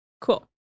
Cool